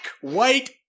white